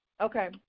Okay